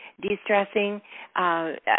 de-stressing